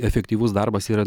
efektyvus darbas yra